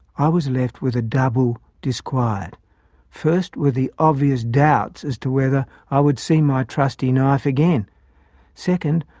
i was left with a double disquiet first, were the obvious doubts as to whether i would see my trusty knife again second,